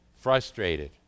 frustrated